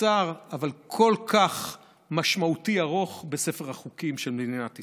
קצר אבל כל כך משמעותי בספר החוקים של מדינת ישראל,